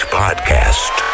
podcast